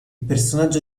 personaggio